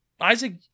Isaac